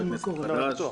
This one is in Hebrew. חבר הכנסת בועז.